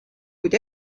kuid